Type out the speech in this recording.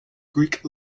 greek